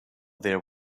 there